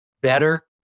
better